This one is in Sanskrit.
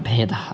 भेदः